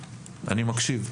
אני מקשיב.